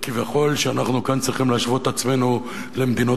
וכביכול אנחנו כאן צריכים להשוות את עצמנו למדינות